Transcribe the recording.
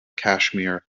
kashmir